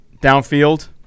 downfield